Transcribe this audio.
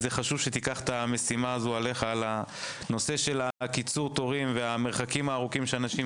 חשוב שתיקח עליך את המשימה הזו של קיצור התורים והמרחקים הארוכים שאנשים